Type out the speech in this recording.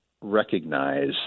recognize